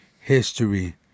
history